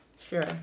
sure